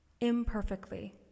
imperfectly